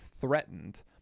threatened